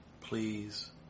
please